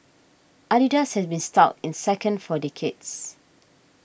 Adidas has been stuck in second for decades